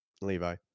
Levi